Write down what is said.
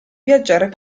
viaggiare